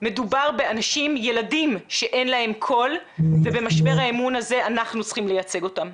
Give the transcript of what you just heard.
מדובר בילדים שאין להם קול ובמשבר האמון הזה אנחנו צריכים לייצג אותם.